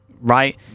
right